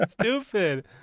Stupid